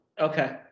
Okay